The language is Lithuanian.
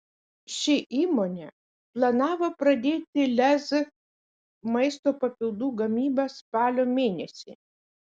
ši įmonė planavo pradėti lez maisto papildų gamybą spalio mėnesį